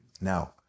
Now